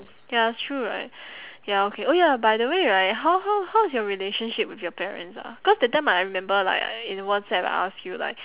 ya it's true right ya okay oh ya by the way right how how how is your relationship with your parents ah cause that time I remember like in WhatsApp I ask you like